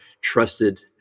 trusted